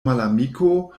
malamiko